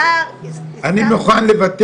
השר עיסאווי פריג'.